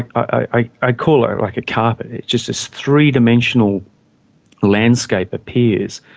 i i call it like a carpet, it's just this three-dimensional landscape appears.